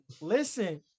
Listen